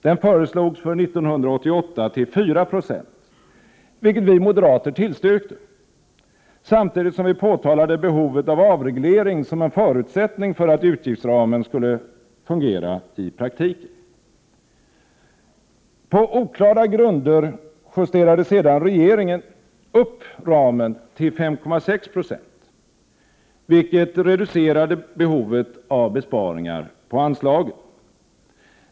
Den föreslogs för 1988 till 4 96, vilket vi moderater tillstyrkte, samtidigt som vi påtalade behovet av avreglering som en förutsättning för att utgiftsramen skulle fungera i praktiken. På oklara grunder justerade sedan regeringen upp ramen till 5,6 96, vilket reducerade behovet av besparingar på anslagen.